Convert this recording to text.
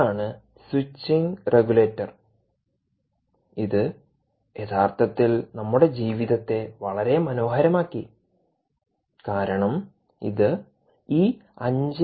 ഇതാണ് switching regulator ഇത് യഥാർത്ഥത്തിൽ നമ്മുടെ ജീവിതത്തെ വളരെ മനോഹരമാക്കി കാരണം ഇത് ഈ 5